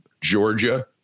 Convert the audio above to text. Georgia